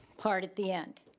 part at the end,